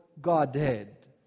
Godhead